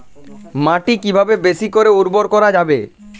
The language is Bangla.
মাটি কিভাবে বেশী করে উর্বর করা যাবে?